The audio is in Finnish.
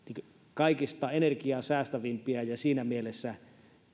kaikista energiaa säästävimpiä ja siinä mielessä